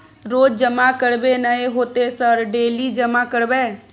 रोज जमा करबे नए होते सर डेली जमा करैबै?